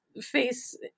face